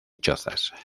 chozas